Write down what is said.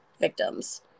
victims